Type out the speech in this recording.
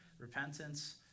repentance